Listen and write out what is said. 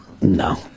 No